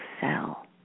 cell